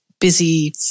busy